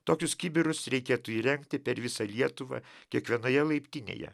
tokius kibirus reikėtų įrengti per visą lietuvą kiekvienoje laiptinėje